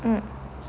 uh